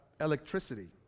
electricity